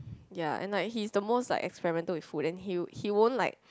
ya and like he's the most like experimental with food and he he won't like